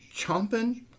chomping